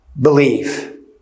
believe